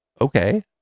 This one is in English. okay